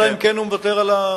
אלא אם כן הוא מוותר על,